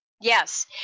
Yes